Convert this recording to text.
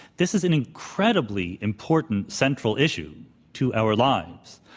this is an incredibly important, central issue to our lives.